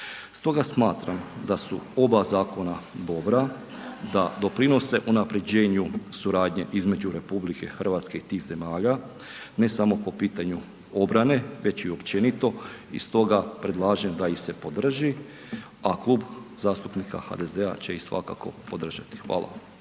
Stoga smatram da su oba zakona dobra, da doprinose unaprjeđenju suradnje između RH i tih zemalja, ne samo po pitanju obrane već i općenito i stoga predlažem da ih se podrži, a Klub zastupnika HDZ-a će ih svakako podržati. Hvala.